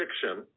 fiction